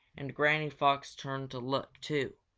and granny fox turned to look, too.